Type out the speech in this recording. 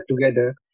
together